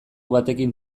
batekin